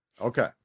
okay